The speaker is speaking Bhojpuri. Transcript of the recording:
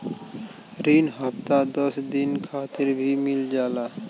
रिन हफ्ता दस दिन खातिर भी मिल जाला